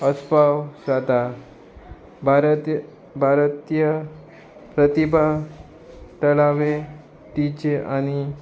आसपाव जाता भारती भारतीय प्रतिभा थळावे टिचे आनी